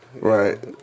Right